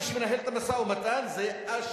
מי שמנהל את המשא-ומתן זה אש"ף,